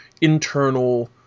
internal